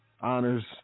honors